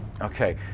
Okay